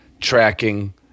tracking